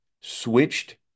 switched